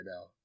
now